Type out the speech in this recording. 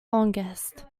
longest